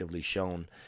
shown